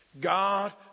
God